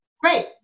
great